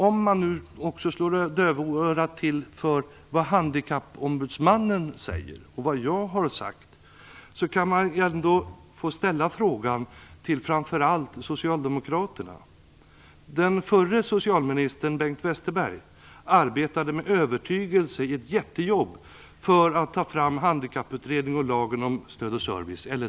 Om man nu slår dövörat till för vad handikappombudsmannen säger, och vad jag har sagt, kan man ändå ställa en fråga till framför allt Socialdemokraterna. Den förre socialministern Bengt Westerberg arbetade med övertygelse i ett jättejobb för att ta fram LSS.